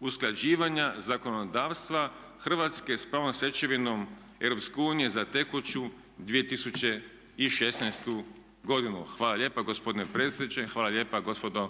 usklađivanja zakonodavstva Hrvatske sa pravnom stečevinom Europske unije za tekuću 2016. godinu. Hvala lijepa gospodine predsjedniče, hvala lijepo gospodo